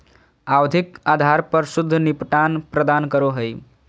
आवधिक आधार पर शुद्ध निपटान प्रदान करो हइ